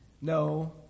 No